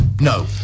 no